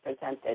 presented